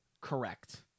Correct